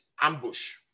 ambush